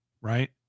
right